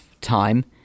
time